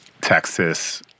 Texas